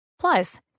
Plus